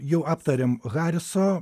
jau aptarėm hariso